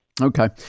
Okay